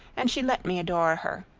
and she let me adore her.